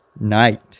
night